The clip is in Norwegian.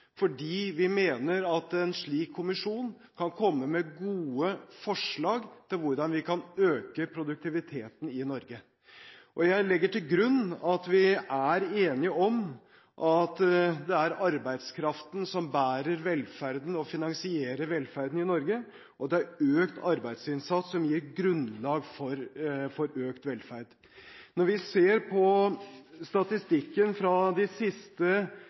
fordi vi mener at en slik kommisjon kan komme med gode forslag til hvordan vi kan øke produktiviteten i Norge. Jeg legger til grunn at vi er enige om at det er arbeidskraften som bærer og finansierer velferden i Norge, og det er økt arbeidsinnsats som gir grunnlag for økt velferd. Når vi ser på statistikken fra de siste